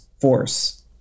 force